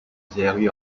serie